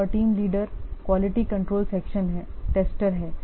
एक और team leader quality control section है टेस्टर हैं